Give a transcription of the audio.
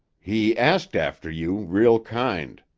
he asked after you real kind.